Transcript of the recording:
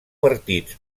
partits